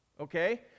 Okay